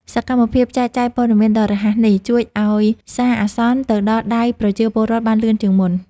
សកម្មភាពចែកចាយព័ត៌មានដ៏រហ័សនេះ ជួយឱ្យសារអាសន្នទៅដល់ដៃប្រជាពលរដ្ឋបានលឿនជាងមុន។